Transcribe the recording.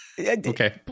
Okay